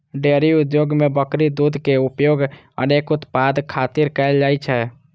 dairy उद्योग मे बकरी दूधक उपयोग अनेक उत्पाद खातिर कैल जाइ छै